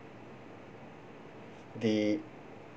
the